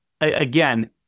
Again